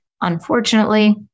Unfortunately